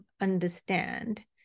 understand